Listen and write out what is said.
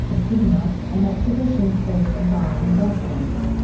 a cinema, an exhibition space and bars and restaurants.